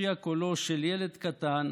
הפריע קולו של ילד קטן